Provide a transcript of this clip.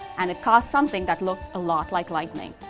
and it caused something that looked a lot like lightning.